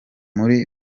buri